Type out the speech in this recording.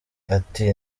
ati